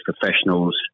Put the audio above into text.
professionals